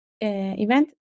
event